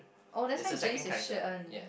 oh that's why James is Shi-En